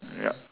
yup